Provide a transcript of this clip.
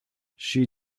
she